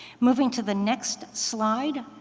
moving to the next slide,